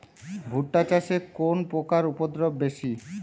ভুট্টা চাষে কোন পোকার উপদ্রব বেশি?